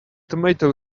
tomato